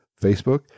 Facebook